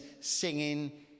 singing